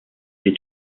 les